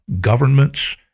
governments